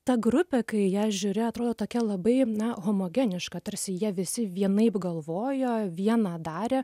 ta grupė kai ją žiūri atrodo tokia labai na homogeniška tarsi jie visi vienaip galvojo vieną darė